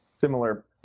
Similar